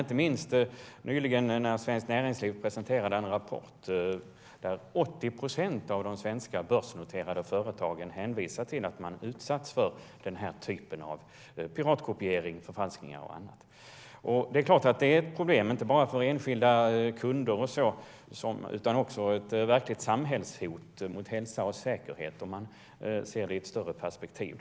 Nyligen presenterade Svenskt Näringsliv en rapport där det framkom att 80 procent av de svenska börsnoterade företagen menade att man hade utsatts för piratkopieringar, förfalskningar och liknande. Detta är ett problem, inte bara för enskilda kunder, och det är också ett hot mot hälsa och säkerhet i samhället om man ser det i ett större perspektiv.